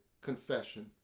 confession